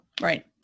Right